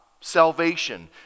Salvation